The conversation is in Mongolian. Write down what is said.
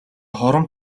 хором